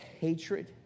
hatred